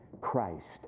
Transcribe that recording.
Christ